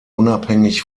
unabhängig